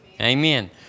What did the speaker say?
Amen